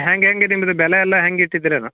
ಹ್ಯಾಂಗೆ ಹೇಗೆ ನಿಮ್ಮದು ಬೆಲೆ ಎಲ್ಲ ಹ್ಯಾಂಗೆ ಇಟ್ಟಿದ್ದೀರೇನೋ